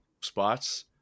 spots